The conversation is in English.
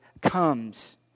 comes